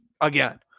again